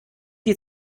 die